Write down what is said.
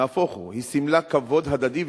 נהפוך הוא, היא סימלה כבוד הדדי וסובלנות.